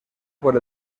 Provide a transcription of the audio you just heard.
por